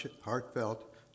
heartfelt